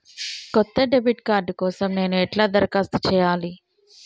కొత్త debit card కోసం నేను ఎట్లా దరఖాస్తు చేయాలి?